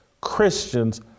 Christians